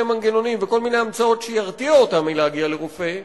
מנגנונים וכל מיני המצאות שירתיעו אותם מלהגיע לרופא,